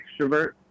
extrovert